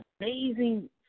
amazing